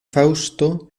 fausto